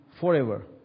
forever